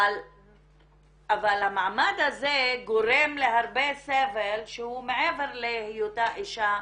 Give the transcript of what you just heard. אבל המעמד הזה גורם להרבה סבל שהוא מעבר להיותה אישה,